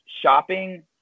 shopping